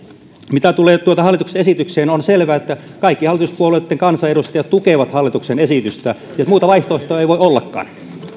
mitä tulee hallituksen esitykseen on selvä että kaikki hallituspuolueitten kansanedustajat tukevat hallituksen esitystä muuta vaihtoehtoa ei voi ollakaan